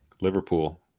Liverpool